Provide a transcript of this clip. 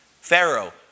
Pharaoh